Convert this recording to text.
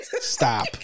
stop